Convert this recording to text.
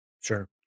sure